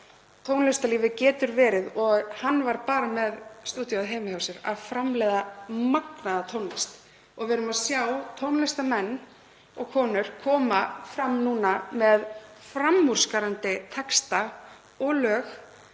tónlistarlífið getur verið. Og hann var bara með stúdíóið heima hjá sér að framleiða magnaða tónlist. Við erum að sjá tónlistarmenn og -konur koma fram núna með framúrskarandi texta og lög